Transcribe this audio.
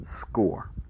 score